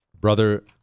Brother